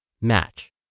match